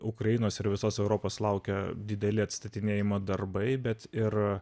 ukrainos ir visos europos laukia dideli atstatinėjimo darbai bet ir